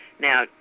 now